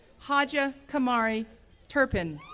hajah kumari turpin,